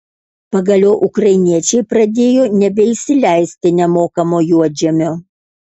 pagaliau ukrainiečiai pradėjo nebeįsileisti nemokamo juodžemio